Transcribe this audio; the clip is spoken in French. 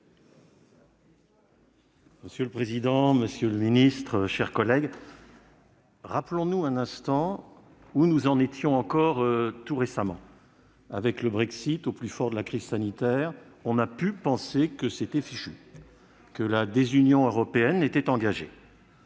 Monsieur le président, monsieur le secrétaire d'État, mes chers collègues, rappelons-nous un instant où nous en étions encore tout récemment : avec le Brexit, au plus fort de la crise sanitaire, on a pu penser que c'était fichu, que la désunion européenne était engagée.